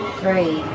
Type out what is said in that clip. three